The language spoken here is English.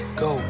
go